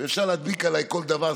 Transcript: ואפשר להדביק עליי כל דבר,